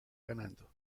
ganando